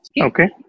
Okay